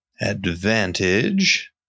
Advantage